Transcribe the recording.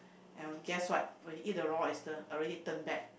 and guess what when we eat the raw oyster already turn black